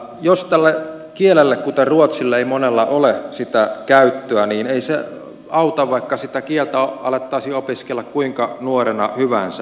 jos tälle kielelle kuten ruotsille ei monella ole sitä käyttöä ei se auta vaikka sitä kieltä alettaisiin opiskella kuinka nuorena hyvänsä